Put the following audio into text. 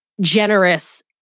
generous